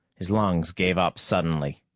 his lungs gave up suddenly,